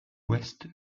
ouest